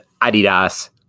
Adidas